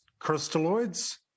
crystalloids